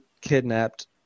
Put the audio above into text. kidnapped